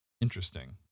Interesting